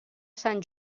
sant